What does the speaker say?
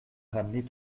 ramener